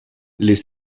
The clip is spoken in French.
les